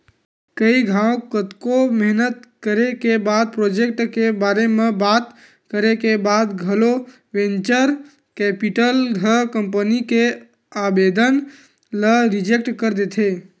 कई घांव कतको मेहनत करे के बाद प्रोजेक्ट के बारे म बात करे के बाद घलो वेंचर कैपिटल ह कंपनी के आबेदन ल रिजेक्ट कर देथे